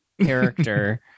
character